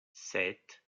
sept